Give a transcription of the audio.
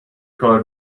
کار